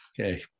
Okay